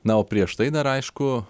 na o prieš tai dar aišku